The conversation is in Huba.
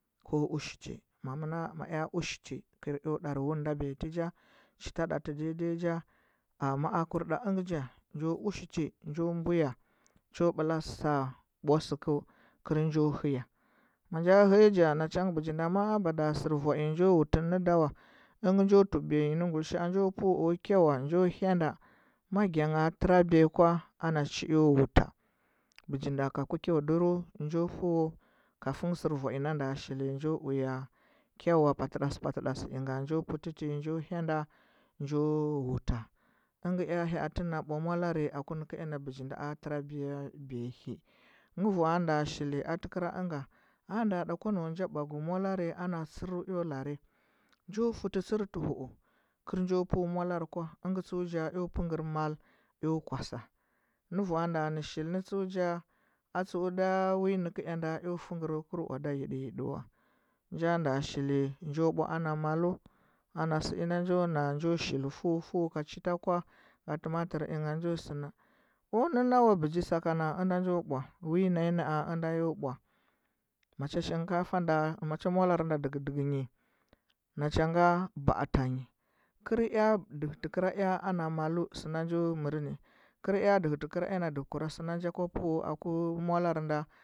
Ko ushiti kɚr ko ɗarɚ wune nda biyati nja chita ɗaty dai dai nja a ma’a a kur ɗa ɚngɚ nja njo ushiti njo ɓuya cha ɓɚla bwo kɚr njo hɚya ma nja hɚya nja na cha bɚgi nda ma’a a mada sɚr vwa mne njo wutu ne nɚ dawa kɚl njo dumbiya nyi nɚ guilisha. a o kyawa njo hyaɗa ma ngingha tɚra biya kwa ana chi njo wuta ku kyaa nduru njo fiyo kafin sɚr vwa ɚna nda shili njo fɚu kya wa padi dash-padidasha njo hyaɗa njo wuta ingɚ ea hya ati na bwa molarɚ aku nɚkɚ ea na bɚgi ndo a tɚrabiya biya hɚ ngɚ vwa nda shili atɚkɚra ɚnga a nda ɗa kwa nau nja bwagu molare ana chira eo lare njo sɚu ti chir ti huu kel njo pɚu molarɚ kwa ɚngɚ tsuɚ nja ea peu mal eo kwasa nge vwa nda shini ttseu nja a tseu da wi nɚkɚ ea nda eo peugeny kɚl owadad yiɗiyi ɗi wa nja nda shili njo bwa ana malu ana sɚ hida njo na ajo shili fɚu ka chita kwa ka tamatɚr inga o nɚ nau wa bɚgi sakana ɚna nja bwa naa ɚnda yo bwa mo cha shinkafa da ma cha molare da ɗegi ɗɚgi nyi na cha nga ba. a tanyi kɚr ea dɚhɚti kɚra ea ana malu sɚ na njo mɚr nɚ kɚr ea ɗɚhɚti kɚra ea na dɚhɚ kura ea na dɚhɚ kura sɚ na nja kwa peu aku molare nda